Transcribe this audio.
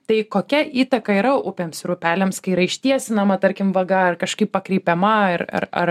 tai kokia įtaka yra upėms ir upeliams kai yra ištiesinama tarkim vaga ar kažkaip pakreipiama ir ar ar